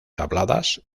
habladas